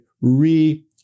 re